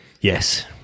yes